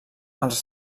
als